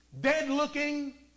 dead-looking